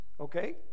Okay